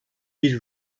bir